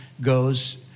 goes